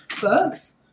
books